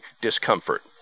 discomfort